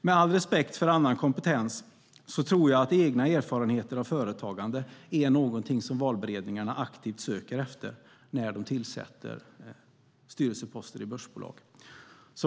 Med all respekt för annan kompetens tror jag att egna erfarenheter av företagande är något som valberedningarna aktivt söker när de tillsätter styrelseposter i börsbolag.